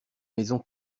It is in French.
maison